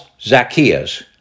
Zacchaeus